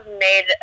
made